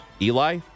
Eli